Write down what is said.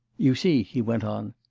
you see he went on,